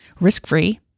risk-free